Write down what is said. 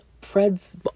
Fred's